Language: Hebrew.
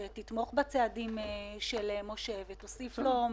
שתתמוך בצעדים של משה ותוסיף לו מידע,